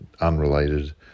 unrelated